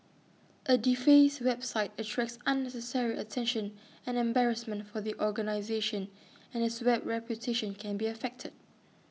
A defaced website attracts unnecessary attention and embarrassment for the organisation and its web reputation can be affected